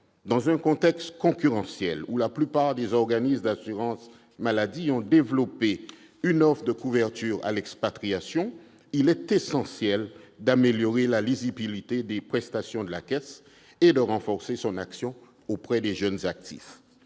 Dans un contexte concurrentiel où la plupart des organismes d'assurance maladie ont développé une offre de couverture à l'expatriation, il est essentiel d'améliorer la lisibilité des prestations de la Caisse et de renforcer son action auprès des jeunes actifs.